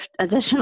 additional